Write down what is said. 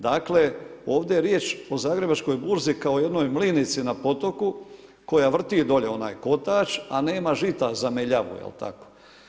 Dakle, ovdje je riječ o Zagrebačkoj burzi kao jednoj mlinici na potoku koja vrti dolje onaj kotač a nema žita za meljavu, jel tako?